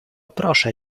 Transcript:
proszę